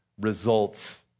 results